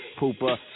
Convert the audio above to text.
pooper